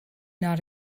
not